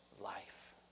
life